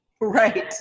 Right